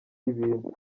ibintu